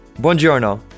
buongiorno